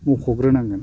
मख'ग्रोनांगोन